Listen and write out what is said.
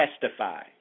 testify